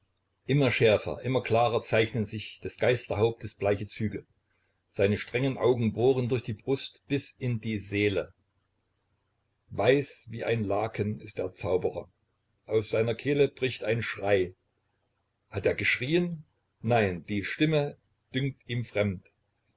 immer schärfer immer klarer zeichnen sich des geisterhauptes bleiche züge seine strengen augen bohren durch die brust bis in die seele weiß wie ein laken ist der zauberer aus seiner kehle bricht ein schrei hat er geschrieen nein die stimme dünkt ihn fremd